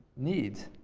needs?